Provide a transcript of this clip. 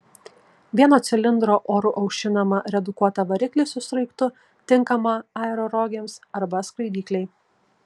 vieno cilindro oru aušinamą redukuotą variklį su sraigtu tinkamą aerorogėms arba skraidyklei